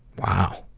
wow.